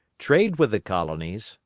trade with the colonies,